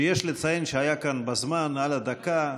שיש לציין שהיה כאן בזמן, על הדקה,